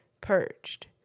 purged